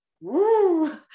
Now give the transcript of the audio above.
woo